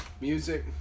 music